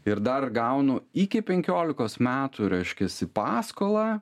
ir dar gaunu iki penkiolikos metų reiškiasi paskolą